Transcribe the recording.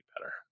better